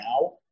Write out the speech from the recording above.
now